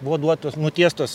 buvo duotos nutiestos